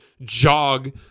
jog